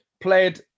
played